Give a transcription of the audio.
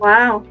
Wow